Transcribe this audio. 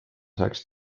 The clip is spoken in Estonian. saaks